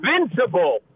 invincible